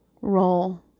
roll